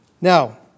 Now